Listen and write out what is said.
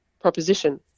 proposition